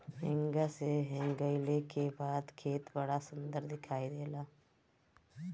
हेंगा से हेंगईले के बाद खेत बड़ा सुंदर दिखाई देला